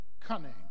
cunning